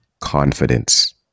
confidence